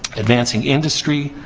advancing industry,